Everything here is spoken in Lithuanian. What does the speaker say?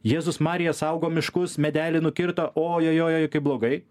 jėzus marija saugo miškus medelį nukirto ojojojoi kaip blogai